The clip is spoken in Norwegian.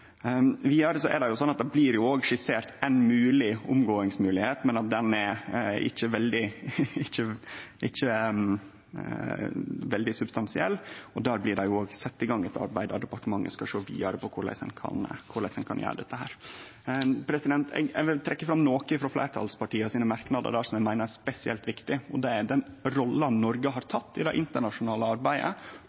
men at ho ikkje er veldig substansiell, og der blir det òg sett i gang eit arbeid der departementet skal sjå vidare på korleis ein kan gjere dette. Eg vil trekkje fram noko frå fleirtalsmerknadene som eg meiner er spesielt viktig, og det er den rolla Noreg har tatt i det internasjonale arbeidet